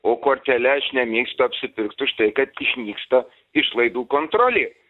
o kortele aš nemėgstu apsipirkt už tai kad išnyksta išlaidų kontrolė